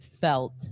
felt